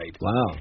Wow